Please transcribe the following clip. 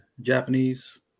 Japanese